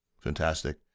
Fantastic